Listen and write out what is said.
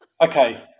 Okay